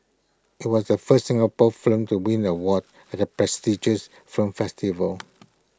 IT was the first Singapore film to win award at the prestigious film festival